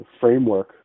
framework